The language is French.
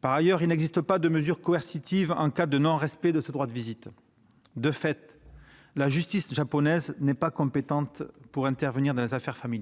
Par ailleurs, il n'existe pas de mesure coercitive en cas de non-respect du droit de visite. De fait, la justice japonaise n'est pas compétente pour intervenir dans ces affaires. Ce n'est